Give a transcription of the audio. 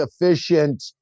efficient